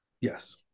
Yes